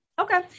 Okay